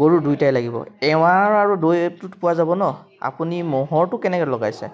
গৰুৰ দুয়োটাই লাগিব এঁৱাৰ আৰু দৈটোত পোৱা যাব ন আপুনি ম'হৰটো কেনেকৈ লগাইছে